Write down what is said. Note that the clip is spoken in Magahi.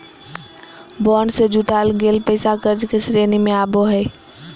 बॉन्ड से जुटाल गेल पैसा कर्ज के श्रेणी में आवो हइ